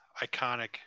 iconic